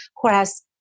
Whereas